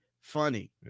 funny